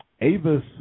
Avis